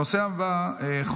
ההצעה הבאה לסדר-היום,